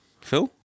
phil